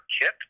kit